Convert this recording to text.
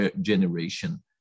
generation